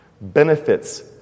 benefits